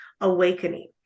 awakening